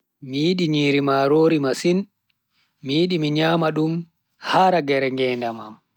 Mi yidi nyiri marori masin, mi yidi mi nyama dum ha ragare ngedam am.